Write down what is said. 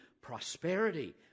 prosperity